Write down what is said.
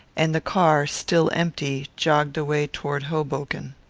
and the car, still empty, jogged away toward hoboken.